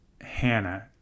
Hannah